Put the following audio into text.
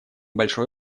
большой